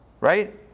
right